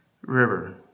River